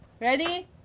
Ready